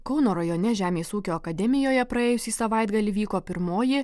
kauno rajone žemės ūkio akademijoje praėjusį savaitgalį vyko pirmoji